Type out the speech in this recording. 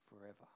forever